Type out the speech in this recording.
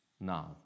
now